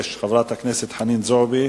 536, של חברת הכנסת חנין זועבי,